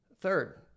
Third